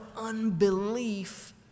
unbelief